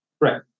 Right